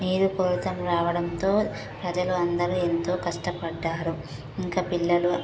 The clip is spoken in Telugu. నీరు కొరతలు రావడంతో జనమంతా ఎంతో కస్టపడ్డారు ఇంకా పిల్లలు